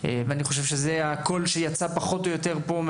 אני חושב שזה הקול שיצא מהוועדה.